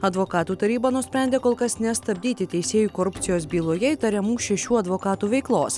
advokatų taryba nusprendė kol kas nestabdyti teisėjų korupcijos byloje įtariamų šešių advokatų veiklos